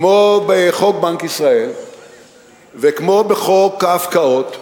כמו חוק בנק ישראל וכמו חוק ההפקעות,